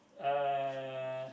uh